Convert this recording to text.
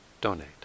donate